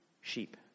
sheep